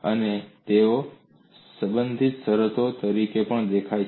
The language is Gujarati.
અને તેઓ સંબંધિત શરતો તરીકે પણ દેખાય છે